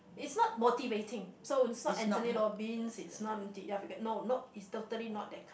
it's not motivating so it's not Tony-Robbins it's not ya no not it's totally not that kind